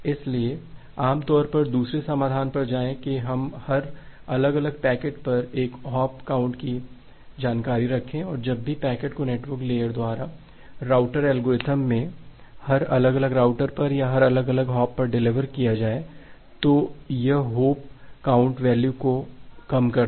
इसलिए आम तौर पर दूसरे समाधान पर जाएं कि हम हर अलग अलग पैकेट पर एक हॉप की काउंट की जानकारी रखें और जब भी पैकेट को नेटवर्क लेयर द्वारा राउटर एल्गोरिथ्म में हर अलग अलग राउटर पर या हर अलग अलग हॉप पर डिलीवर किया जाए तो यह होप काउंट वैल्यू को कम कर दे